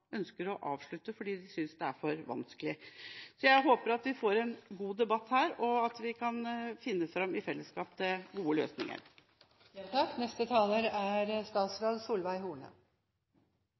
ønsker å avslutte fordi de synes det er for vanskelig. Jeg håper vi får en god debatt her, og at vi i fellesskap kan finne fram til gode løsninger.